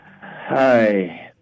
Hi